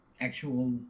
actual